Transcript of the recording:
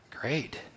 Great